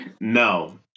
No